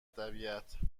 طبیعت